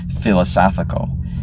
philosophical